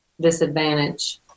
disadvantage